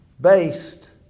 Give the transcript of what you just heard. based